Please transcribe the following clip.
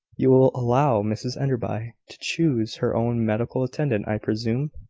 you will allow mrs enderby to choose her own medical attendant, i presume?